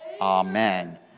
Amen